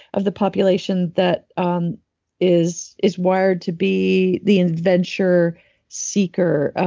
of the population that um is is wired to be the adventure seeker,